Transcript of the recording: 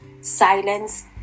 Silence